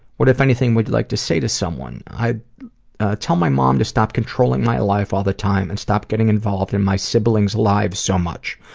what, if anything, would you like to say to someone? i tell my mom to stop controlling my life all the time, and stopped getting involved in my siblings lives so much.